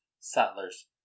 settlers